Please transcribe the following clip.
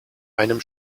einem